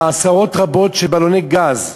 העשרות הרבות של בלוני גז,